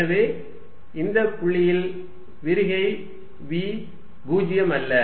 எனவே இந்த புள்ளியில் விரிகை v பூஜ்ஜியம் அல்ல